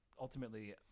ultimately